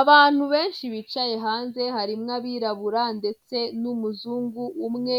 Abantu benshi bicaye hanze, harimo abirabura, ndetse n'umuzungu umwe